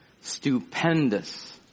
stupendous